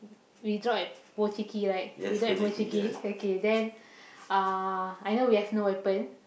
we drop at Pochinki right we drop at Pochinki okay then uh I know we have no weapon